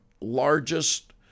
largest